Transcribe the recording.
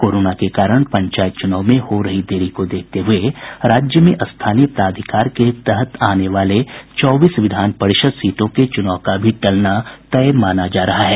corona के कारण पंचायत चुनाव में हो रही देरी को देखते हुए राज्य में स्थानीय प्राधिकार के तहत आने वाले चौबीस विधान परिषद सीटों के चुनाव का भी टलना तय माना जा रहा है